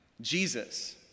Jesus